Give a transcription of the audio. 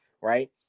right